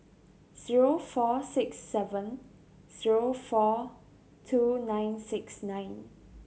zero four six seven zero four two nine six nine